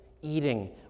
eating